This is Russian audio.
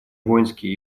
воинские